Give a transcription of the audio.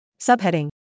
Subheading